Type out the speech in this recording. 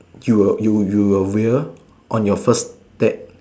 you will you you will wear on your first date